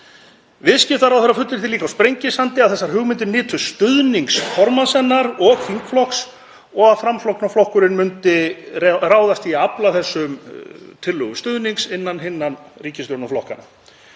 Viðskiptaráðherra fullyrti líka á Sprengisandi að þessar hugmyndir nytu stuðnings formanns hennar og þingflokks og að Framsóknarflokkurinn myndi ráðast í að afla þessum tillögum stuðnings innan hinna ríkisstjórnarflokkanna.